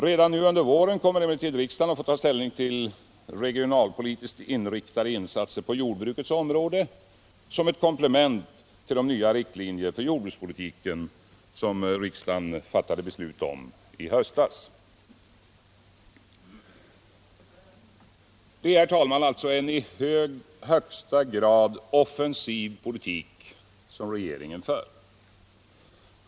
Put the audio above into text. Redan nu under våren kommer emellertid riksdagen att få ta ställning till regionalpolitiskt inriktade insatser på jordbrukets område som komplement till de nya riktlinjer för jordbrukspolitiken, som riksdagen fattade beslut om i höstas. Det är, herr talman, alltså en i högsta grad offensiv politik som regeringen för.